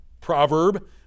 proverb